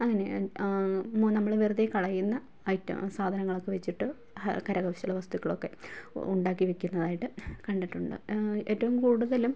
അങ്ങനെ നമ്മൾ വെറുതെ കളയുന്ന ഐറ്റ സാധനങ്ങളൊക്കെ വച്ചിട്ട് കരകൗശല വസ്തുക്കളൊക്കെ ഉണ്ടാക്കി വയ്ക്കുന്നതായിട്ട് കണ്ടിട്ടുണ്ട് ഏറ്റവും കൂടുതലും